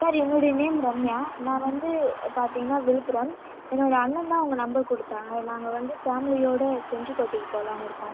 sir என்னோடைய name Ramya நான் வந்து பார்த்திங்னா விழுப்புரம் என்னோடய அண்ணன்தான் உங்கள் நம்பர் கொடுத்தான் நாங்கள் வந்து ஃபேமிலியோடு செஞ்சிக் கோட்டைக்கு போகலானு இருக்கோம்